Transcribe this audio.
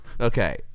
Okay